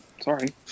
Sorry